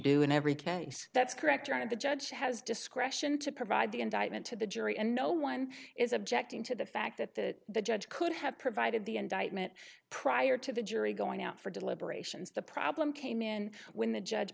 do in every case that's correct right the judge has discretion to provide the indictment to the jury and no one is objecting to the fact that the judge could have provided the indictment prior to the jury going out for deliberations the problem came in when the judge